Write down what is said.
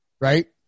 right